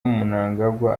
mnangagwa